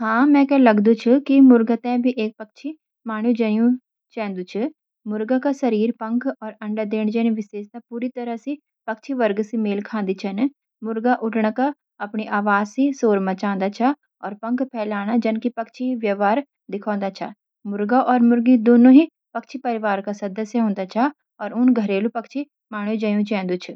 हां, मैके लगदू छ कि मुर्गे को भी एक प्रकार कु पक्षी मानू जायि चेंदू छ। मुर्गे का शरीर, पंख, और अंडा देना जन विशेषताएँ पूरी तरह से पक्षी वर्ग से मेल खाती छा। मुर्गा उड़कणा, अपनी आवाज़ से शोर मचाना, और पंख फैलाना जन पक्षी के व्यवहार दिखोदी छ। मुर्गा और मुर्गी दोनों ही पक्षी परिवार के सदस्य होते हैं और इन्हें घरेलू पक्षी मानू जायि चेंदू छ।